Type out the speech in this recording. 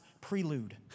prelude